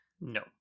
No